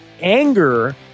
anger